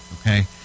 okay